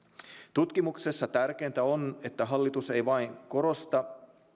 tutkimuksessa tärkeintä on että hallitus ei vain korosta